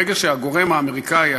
ברגע שהגורם האמריקני,